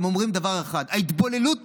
אומרים דבר אחד: ההתבוללות